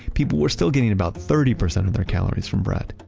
people were still getting about thirty percent of their calories from bread.